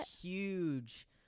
huge